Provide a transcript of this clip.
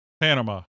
Panama